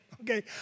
Okay